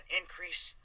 increase